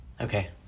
Okay